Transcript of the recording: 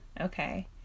Okay